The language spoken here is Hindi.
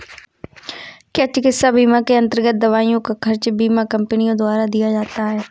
क्या चिकित्सा बीमा के अन्तर्गत दवाइयों का खर्च बीमा कंपनियों द्वारा दिया जाता है?